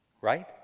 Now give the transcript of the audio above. right